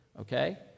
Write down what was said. okay